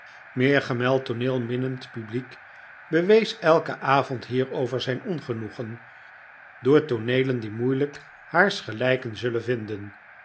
meergemeld tooneelminnend publiek bewees elken avond hierover zijn ongenoegen door tooneelen die moeielijk haars gelijken zullen vinden